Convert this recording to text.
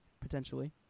potentially